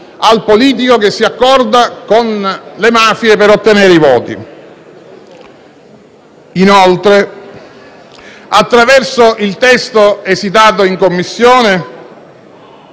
al politico che si accorda con le mafie per ottenere i voti. Inoltre, attraverso il testo esitato in Commissione,